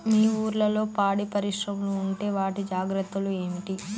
మీ ఊర్లలో పాడి పరిశ్రమలు ఉంటే వాటి జాగ్రత్తలు ఏమిటి